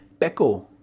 Pecco